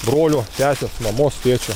brolio sesės mamos tėčio